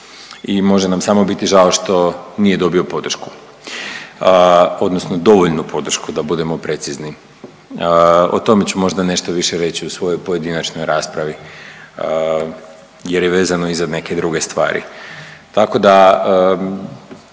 I može nam samo biti žao što nije odobrio podršku, odnosno dovoljnu podršku da budemo precizni. O tome ću možda nešto više reći u svojoj pojedinačnoj raspravi jer je vezano i za neke druge stvari.